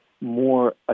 more